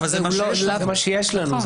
אבל זה מה שיש לכם.